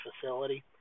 facility